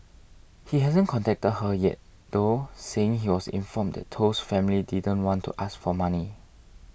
he hasn't contacted her yet though saying he was informed that Toh's family didn't want to ask for money